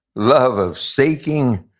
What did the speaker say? love of seeking,